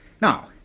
Now